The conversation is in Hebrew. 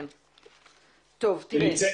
נמצאת